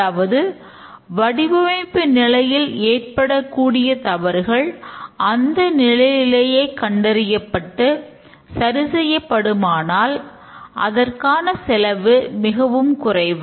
அதாவது வடிவமைப்பு நிலையில் ஏற்படக் கூடிய தவறுகள் அந்த நிலையிலேயே கண்டறியப்பட்டு சரி செய்யப்படுமானால் அதற்கான செலவு மிகவும் குறைவு